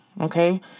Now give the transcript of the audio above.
Okay